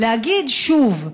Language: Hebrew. להגיד שוב: